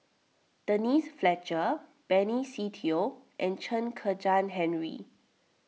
Denise Fletcher Benny Se Teo and Chen Kezhan Henri